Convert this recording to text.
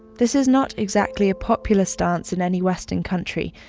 this is not exactly a popular stance in any western country,